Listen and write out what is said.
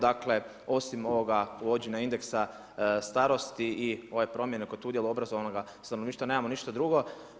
Dakle osim ovoga uvođenja indeksa starosti i ove promjene kod udjela obrazovnog stanovništva nemamo ništa drugo.